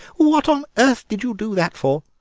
what on earth did you do that for?